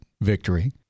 victory